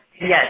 Yes